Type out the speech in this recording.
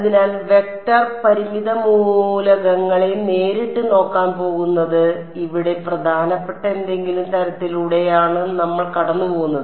അതിനാൽ വെക്റ്റർ പരിമിത മൂലകങ്ങളെ നേരിട്ട് നോക്കാൻ പോകുന്നത് ഇവിടെ പ്രധാനപ്പെട്ട എന്തെങ്കിലും തരത്തിലൂടെയാണ് നമ്മൾ കടന്നുപോകുന്നത്